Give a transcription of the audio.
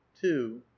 two